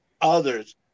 others